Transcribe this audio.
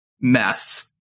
mess